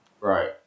Right